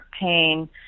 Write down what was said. pain